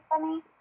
funny